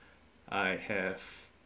I have